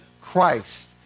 Christ